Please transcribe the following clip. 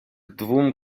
двум